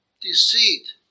deceit